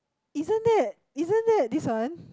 isn't that isn't that this one